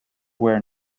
where